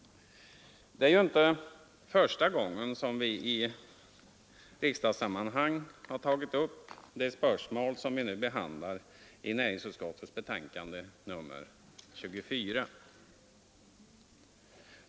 Det är inte första gången som vi i riksdagssammanhang har tagit upp de spörsmål som behandlas i näringsutskottets betänkande nr 24.